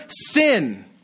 sin